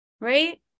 right